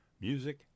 music